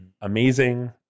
amazing